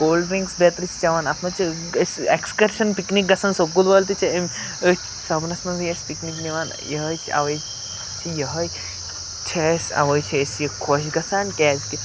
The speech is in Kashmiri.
کولڈ ڈِرٛنٛکٕس بیترِ چھِ چٮ۪وان اَتھ منٛز چھِ أسۍ اٮ۪کٕسکَرشَن پِکنِک گژھان سکوٗل وٲلۍ تہِ چھِ اَمۍ أتۍ سَمرَس منٛزٕے اَسہِ پِکنِک نِوان یِہوٚے چھِ اَوَے چھِ یِہوٚے چھِ اَسہِ اَوَے چھِ اَسہِ یہِ خۄش گژھان کیٛازِکہِ